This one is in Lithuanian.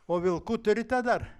o vilkų turite dar